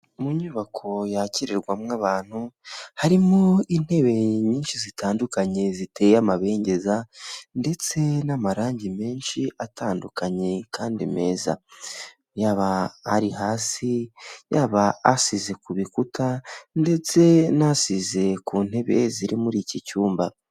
Mu nyubako yakirirwamo abantu harimo intebe nyinshi zitandukanye ziteye amabengeza, ndetse n'amarangi menshi atandukanye kandi meza. Yaba ari hasi, yaba asize ku bikuta ndetse n'asize ku ntebe ziri muri iki cyumba.